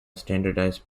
standardized